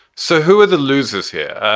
so who are the losers here?